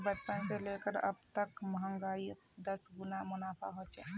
मोर बचपन से लेकर अब तक महंगाईयोत दस गुना मुनाफा होए छे